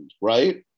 right